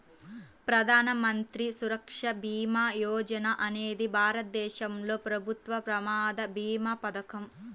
ప్రధాన మంత్రి సురక్ష భీమా యోజన అనేది భారతదేశంలో ప్రభుత్వ ప్రమాద భీమా పథకం